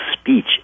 speech